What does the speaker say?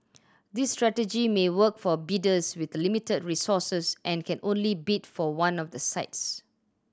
this strategy may work for bidders with limited resources and can only bid for one of the sites